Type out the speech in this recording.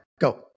Go